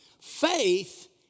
Faith